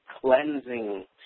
cleansing